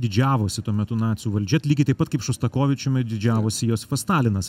didžiavosi tuo metu nacių valdžia lygiai taip pat kaip šostakovičiumi didžiavosi josifas stalinas